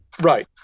Right